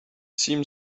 seemed